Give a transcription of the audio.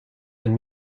and